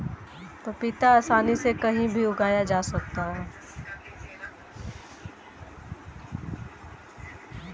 पपीता आसानी से कहीं भी उगाया जा सकता है